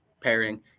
pairing